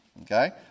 okay